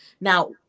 Now